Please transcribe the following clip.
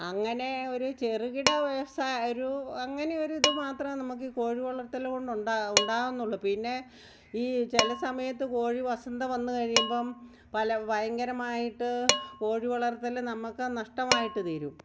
അങ്ങനെ ഒരു ചെറുകിട വ്യവസായ ഒരു അങ്ങനെ ഒരിത് മാത്രമാണ് നമുക്ക് ഈ കോഴി വളർത്തൽ കൊണ്ട് ഉണ്ടാ ഉണ്ടാകുന്നുള്ളു പിന്നെ ഈ ചില സമയത്ത് കോഴി വസന്ത വന്ന് കഴിയുമ്പോൾ പല ഭയങ്കരമായിട്ട് കോഴി വളർത്തൽ നമുക്ക് നഷ്ടമായിട്ട് തീരും